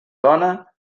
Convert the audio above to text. dona